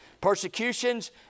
persecutions